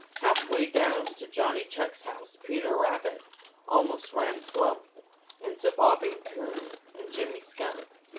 halfway down to johnny chuck's house, peter rabbit almost ran plump into bobby coon and jimmy skunk,